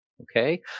okay